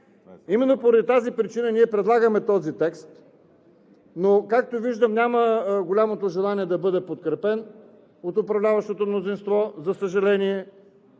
Именно поради тази причина ние предлагаме този текст. Както виждам, няма голямо желание да бъде подкрепен от управляващото мнозинство, за съжаление.